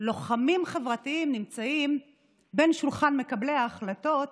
"לוחמים חברתיים", שנמצאים בשולחן מקבלי ההחלטות,